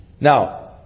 Now